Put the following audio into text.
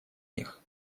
них